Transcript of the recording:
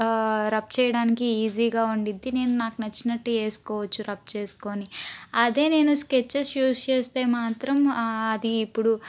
rub చేయడానికి ఈజీగా ఉండిద్ది నేను నాకు నచ్చినట్టు ఏసుకోవచ్చు రబ్ చేసుకొని అదే నేను స్కెచ్చెస్ యూజ్ చేస్తే మాత్రం అది ఇప్పుడు